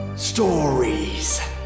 Stories